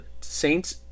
Saints